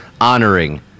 honoring